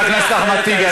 חבר הכנסת אחמד טיבי.